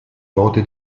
dote